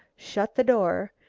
shut the door,